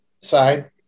side